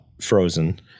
frozen